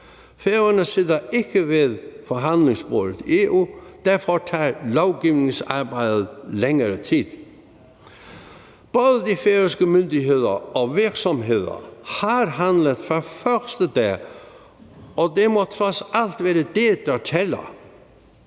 Færøerne sidder ikke ved forhandlingsbordet i EU, og derfor tager lovgivningsarbejdet længere tid. Både de færøske myndigheder og virksomheder har handlet fra første dag, og det må trods alt være det, der tæller.